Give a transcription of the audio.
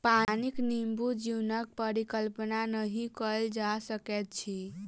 पानिक बिनु जीवनक परिकल्पना नहि कयल जा सकैत अछि